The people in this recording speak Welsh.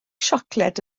siocled